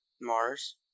Mars